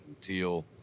Teal